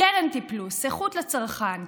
גרנטי פלוס, איכות לצרכן.